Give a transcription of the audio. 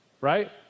right